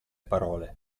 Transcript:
parole